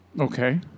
Okay